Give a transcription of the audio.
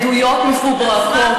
עדויות מפוברקות.